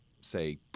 say